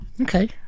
Okay